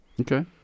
Okay